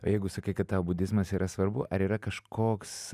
o jeigu sakai kad tau budizmas yra svarbu ar yra kažkoks